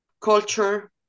culture